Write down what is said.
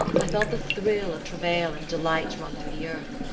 i felt the thrill of travail and delight run through the earth.